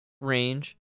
range